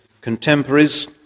contemporaries